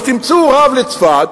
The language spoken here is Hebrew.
אז תמצאו רב לצפת,